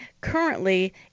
currently